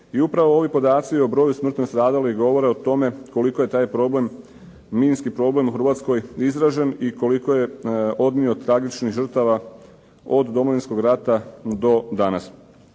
I upravo ovi podaci o broju smrtno stradalih govore o tome koliko je taj problem minski problem u Hrvatskoj izražen i koliko je odnio tragičnih žrtava od Domovinskog rata do danas.